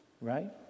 Right